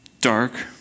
dark